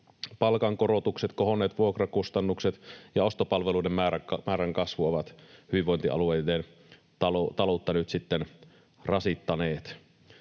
palkankorotukset, kohonneet vuokrakustannukset ja ostopalveluiden määrän kasvu ovat hyvinvointialueiden taloutta nyt sitten